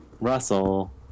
Russell